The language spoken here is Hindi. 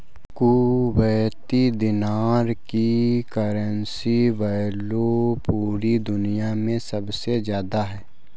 कुवैती दीनार की करेंसी वैल्यू पूरी दुनिया मे सबसे ज्यादा है